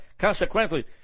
Consequently